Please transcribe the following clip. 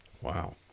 Wow